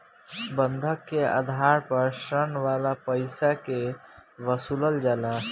बंधक के आधार पर ऋण वाला पईसा के वसूलल जाला